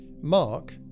Mark